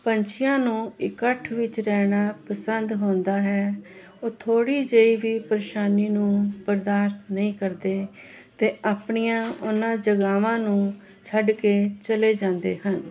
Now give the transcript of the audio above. ਪੰਛੀਆਂ ਨੂੰ ਇਕੱਠ ਵਿੱਚ ਰਹਿਣਾ ਪਸੰਦ ਹੁੰਦਾ ਹੈ ਉਹ ਥੋੜੀ ਜਿਹੀ ਵੀ ਪਰੇਸ਼ਾਨੀ ਨੂੰ ਬਰਦਾਸ਼ਤ ਨਹੀਂ ਕਰਦੇ ਤੇ ਆਪਣੀਆਂ ਉਹਨਾਂ ਜਗਾਵਾਂ ਨੂੰ ਛੱਡ ਕੇ ਚਲੇ ਜਾਂਦੇ ਹਨ